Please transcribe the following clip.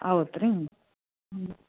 ಹೌದ್ ರೀ ಹ್ಞೂ